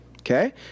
Okay